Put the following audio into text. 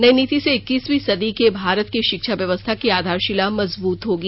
नई नीति से इक्कसवी सदी के भारत की शिक्षा व्यवस्था की आधारशिला मजबूत होगी